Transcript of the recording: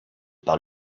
par